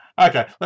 Okay